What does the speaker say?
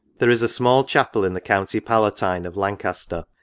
there is a small chapel, in the county palatine of lancaster,